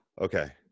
okay